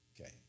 Okay